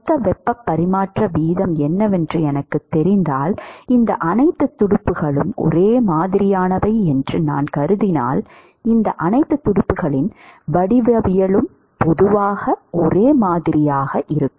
மொத்த வெப்ப பரிமாற்ற வீதம் என்னவென்று எனக்குத் தெரிந்தால் இந்த அனைத்து துடுப்புகளும் ஒரே மாதிரியானவை என்று நான் கருதினால் இந்த அனைத்து துடுப்புகளின் வடிவவியலும் பொதுவாக ஒரே மாதிரியாக இருக்கும்